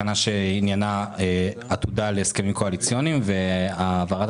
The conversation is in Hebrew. בתקנה שעניינה עתודה להסכמים קואליציוניים והעברת